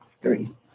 three